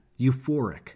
euphoric